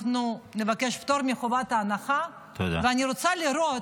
אנחנו נבקש פטור מחובת הנחה ואני רוצה לראות